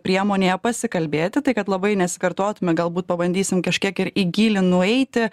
priemonėje pasikalbėti tai kad labai nesikartotume galbūt pabandysim kažkiek ir į gylį nueiti